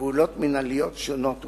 ופעולות מינהליות שונות ומורכבות.